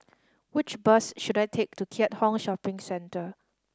which bus should I take to Keat Hong Shopping Centre